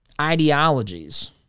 ideologies